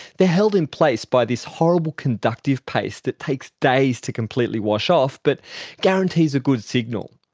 they're held in place by this horrible conductive paste that takes days to completely wash off, but guarantees a good signal,